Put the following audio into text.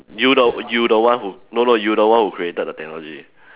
you the one you the one who no no you the one who created the the technology